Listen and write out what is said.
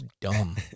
dumb